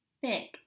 big